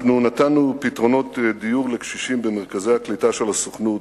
נתנו פתרונות דיור לקשישים במרכזי הקליטה של הסוכנות,